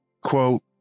quote